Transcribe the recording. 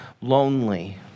lonely